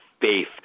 faith